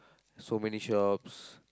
so many shops